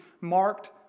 marked